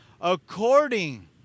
according